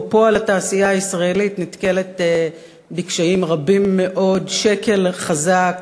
בפועל התעשייה הישראלית נתקלת בקשיים רבים מאוד: שקל חזק,